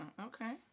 Okay